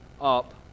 up